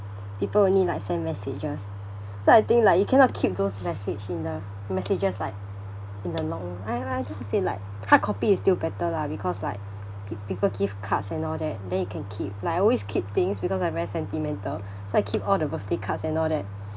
people only like send messages so I think like you cannot keep those message in the messages like in the long how to say like hard copy is still better lah because like pe~ people give cards and all that then you can keep like I always keep things because I very sentimental so I keep all the birthday cards and all that